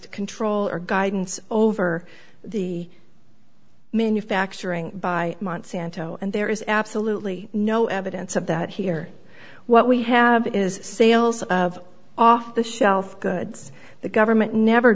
d control or guidance over the manufacturing by monsanto and there is absolutely no evidence of that here what we have is sales of off the shelf goods the government never